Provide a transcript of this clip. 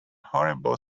horrible